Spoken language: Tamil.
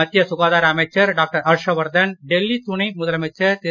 மத்திய சுகாதார அமைச்சர் டாக்டர் ஹர்ஷவர்தன் டெல்லி துணை முதலமைச்சர் திரு